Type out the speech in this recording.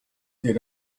did